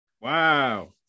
Wow